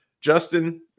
Justin